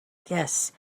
guests